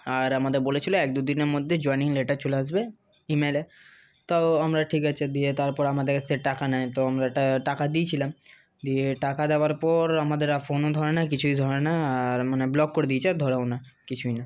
আর আমাদের বলেছিল এক দুদিনের মধ্যে জয়েনিং লেটার চলে আসবে ইমেলে তো আমরা ঠিক আছে দিয়ে তারপর আমাদের কাছ থেকে টাকা নেয় তো আমরা টাকা দিয়েছিলাম দিয়ে টাকা দেওয়ার পর আমাদের আর ফোনও ধরে না কিছুই ধরে না আর মানে ব্লক করে দিয়েছে আর ধরেও না কিছুই না